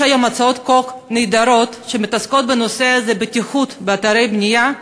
יש היום הצעות חוק נהדרות שמתעסקות בנושא הזה של בטיחות באתרי בנייה,